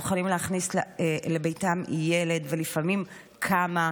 הם מוכנים להכניס לביתם ילד ולפעמים כמה.